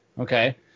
Okay